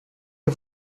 mes